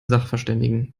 sachverständigen